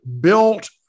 built